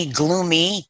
gloomy